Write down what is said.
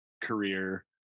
career